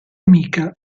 amica